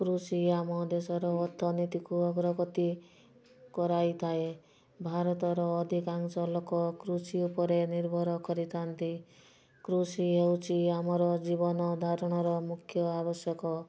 କୃଷି ଆମ ଦେଶରେ ଅର୍ଥନୀତିକୁ ଅଗ୍ରଗତି କରାଇଥାଏ ଭାରତର ଅଧିକାଂଶ ଲୋକ କୃଷି ଉପରେ ନିର୍ଭର କରିଥାନ୍ତି କୃଷି ହେଉଛି ଆମର ଜୀବନ ଧାରଣାର ମୁଖ୍ୟ ଆବଶ୍ୟକ